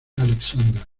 alexander